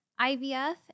IVF